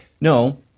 No